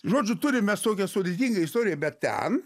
žodžiu turime mes tokią sudėtingą istoriją bet ten